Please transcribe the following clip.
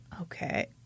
Okay